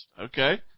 Okay